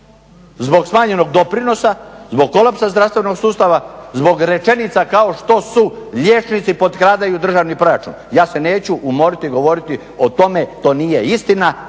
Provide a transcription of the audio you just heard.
zbog smanjenog doprinosa, zbog kolapsa zdravstvenog sustava, zbog rečenica kao što su: "Liječnici potkradaju državni proračun." Ja se neću umoriti govoriti o tome, to nije istina!